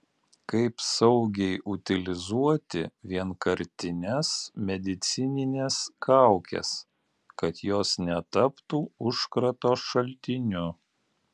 kaip saugiai utilizuoti vienkartines medicinines kaukes kad jos netaptų užkrato šaltiniu